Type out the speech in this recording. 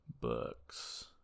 books